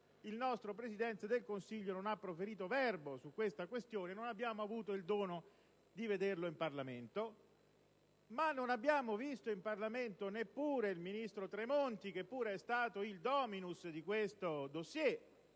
Il nostro Presidente del Consiglio, invece, non ha proferito verbo su questa questione, e non abbiamo avuto il dono di vederlo in Parlamento. E non abbiamo visto in Parlamento neppure il ministro Tremonti, che pure è stato il *dominus* di questo *dossier*: